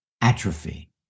atrophy